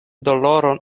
doloron